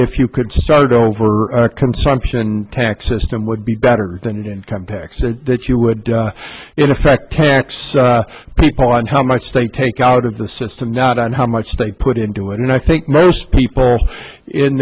if you could start over consumption tax system would be better than income taxes that you would in effect tax people on how much they take out of the system not on how much they put into it and i think most people in